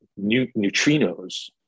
neutrinos